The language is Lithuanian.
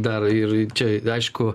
dar ir ir čia aišku